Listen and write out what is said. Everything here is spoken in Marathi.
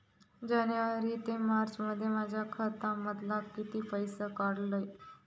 जानेवारी ते मार्चमध्ये माझ्या खात्यामधना किती पैसे काढलय?